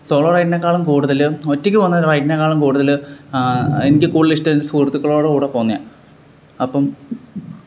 solo റൈഡ്നേക്കാളും കൂടുതൽ ഒറ്റയ്ക്ക് പോവുന്ന റൈഡ്നേക്കാളും കൂടുതൽ എനിക്ക് കൂടുതൽ ഇഷ്ടം എന്റെ സുഹൃത്തക്കളോട് കൂടെ പോകുക തന്നെയാണ് അപ്പം